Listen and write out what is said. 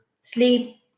sleep